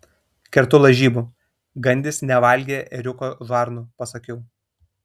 kertu lažybų gandis nevalgė ėriuko žarnų pasakiau